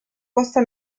costa